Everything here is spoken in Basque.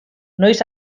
noiz